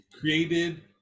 created